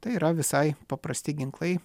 tai yra visai paprasti ginklai